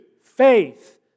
faith